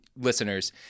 listeners